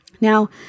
Now